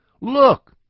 Look